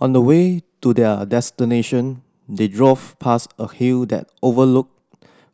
on the way to their destination they drove past a hill that overlooked